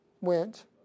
went